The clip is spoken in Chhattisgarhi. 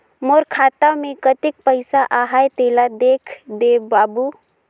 मोर खाता मे कतेक पइसा आहाय तेला देख दे बाबु?